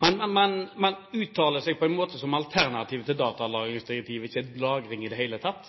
Man uttaler seg på en måte som om alternativet til datalagringsdirektivet ikke er lagring i det hele tatt.